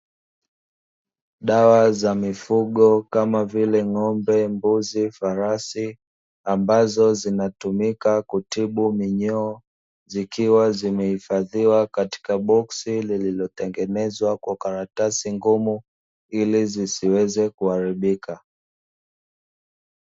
Dawa za mifugo kama vile: ng'ombe, mbuzi, farasi, ambazo zinatumika kutibu minyoo, zikiwa zimehifadhiwa katika boksi, liliotengenezwa kwa karatasi ngumu, ili zisiweze kuharibika.